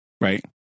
right